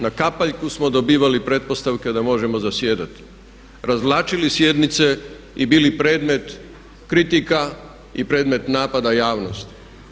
Na kapaljku smo dobivali pretpostavke da možemo zasjedati, razvlačili sjednice i bili predmet kritika i predmet napada javnosti.